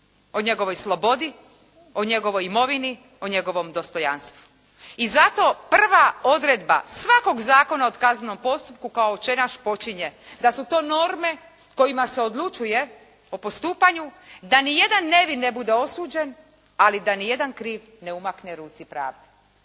o njegovoj slobodi, o njegovoj imovini, o njegovom dostojanstvu i zato prva odredba svakog Zakona o kaznenom postupku kao “Oče naš“ počinje, da su to norme kojima se odlučuje o postupanju, da ni jedan nevin ne bude osuđen, ali da ni jedan kriv ne umakne ruci pravde.